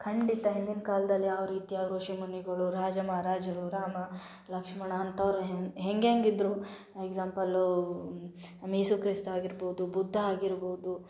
ಖಂಡಿತ ಹಿಂದಿನ ಕಾಲದಲ್ಲಿ ಯಾವ ರೀತಿಯ ಋಷಿಮುನಿಗಳು ರಾಜ ಮಹಾರಾಜರು ರಾಮ ಲಕ್ಷ್ಮಣ ಅಂಥವ್ರ ಹೆಂಗೆ ಹೆಂಗೆಂಗೆ ಇದ್ರೂ ಎಕ್ಸಾಂಪಲ್ಲು ನಮ್ಮ ಏಸು ಕ್ರಿಸ್ತ ಆಗಿರ್ಬೋದು ಬುದ್ಧ ಆಗಿರ್ಬೋದು